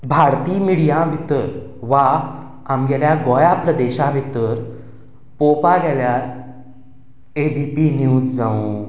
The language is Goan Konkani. भारतीय मिडियां भितर वा आमच्या गोंय प्रदेशांत भितर पळोवपा गेल्यार ए बी निव्ज जावं